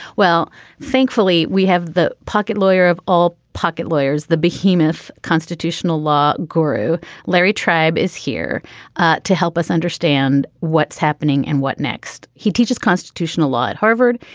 well thankfully we have the pocket lawyer of all pocket lawyers the behemoth constitutional law guru larry tribe is here to help us understand what's happening and what next. he teaches constitutional law at harvard.